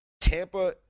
Tampa